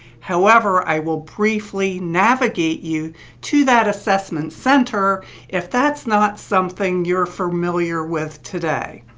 however, i will briefly navigate you to that assessment center if that's not something you're familiar with today.